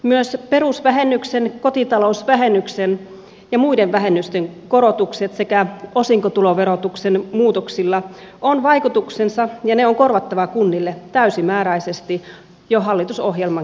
myös perusvähennyksen kotitalousvähennyksen ja muiden vähennysten korotuksilla sekä osinkotuloverotuksen muutoksilla on vaikutuksensa ja ne on korvattava kunnille täysimääräisesti jo hallitusohjelmankin mukaisesti